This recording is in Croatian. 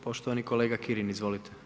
Poštovani kolega Kirin, izvolite.